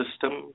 system